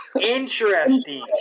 Interesting